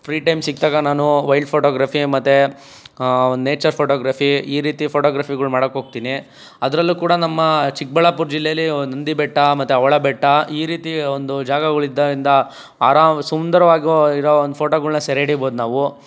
free time ಸಿಕ್ದಾಗ ನಾನು wild photography ಮತ್ತೆ ಒಂದು ನೇಚರ್ ಫೋಟೊಗ್ರಫಿ ಈ ರೀತಿ ಫೋಟೊಗ್ರಫಿಗಳು ಮಾಡೋಕೆ ಹೋಗ್ತೀನಿ ಅದರಲ್ಲೂ ಕೂಡ ನಮ್ಮ ಚಿಕ್ಕಬಳ್ಳಾಪುರ ಜಿಲ್ಲೆಯಲ್ಲಿ ನಂದಿ ಬೆಟ್ಟ ಮತ್ತೆ ಅವಳ ಬೆಟ್ಟ ಈ ರೀತಿ ಒಂದು ಜಾಗಗಳು ಇದ್ದರಿಂದ ಆರಾಮ್ ಸುಂದರವಾಗೂ ಇರೋ ಒಂದು ಫೋಟೊಗಳನ್ನ ಸೆರೆಹಿಡಿಬೋದು ನಾವು